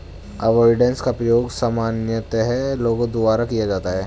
avoidance का प्रयोग सामान्यतः लोगों द्वारा किया जाता है